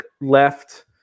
left